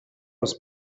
was